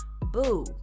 boo